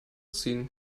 ziehen